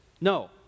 No